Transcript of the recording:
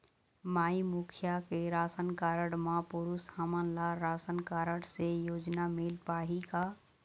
माई मुखिया के ration card म पुरुष हमन ला राशन कारड से योजना मिल पाही का?